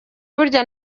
burya